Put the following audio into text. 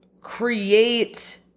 create